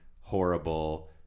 horrible